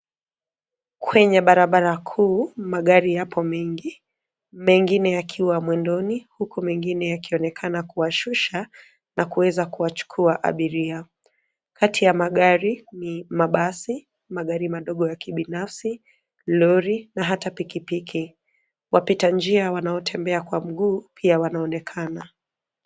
Kwenye barabara kuu, magari yapo mengi, mengine yakiwa mwendoni, huku mengine yakionekana kuwashusha na kuweza kuwachukua abiria. Kati ya magari, ni mabasi, magari madogo ya kibinafsi, lori na hata pikipiki. Wapita njia wanaotembea kwa mguu pia wanaonekana.